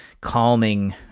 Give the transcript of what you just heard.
calming